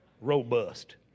Robust